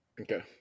Okay